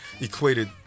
equated